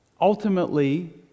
ultimately